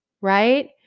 right